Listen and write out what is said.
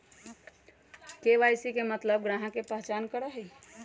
KYC के मतलब ग्राहक का पहचान करहई?